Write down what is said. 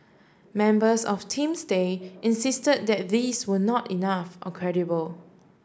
members of Team Stay insisted that these were not enough or credible